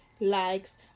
likes